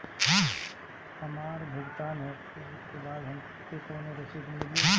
हमार भुगतान होबे के बाद हमके कौनो रसीद मिली?